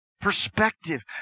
perspective